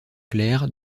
claire